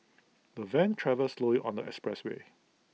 the van travelled slowly on the expressway